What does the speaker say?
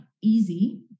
easy